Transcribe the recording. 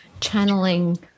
channeling